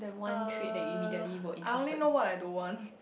uh I only know what I don't want